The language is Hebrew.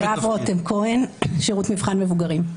שירות מבחן מבוגרים.